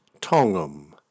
Tongham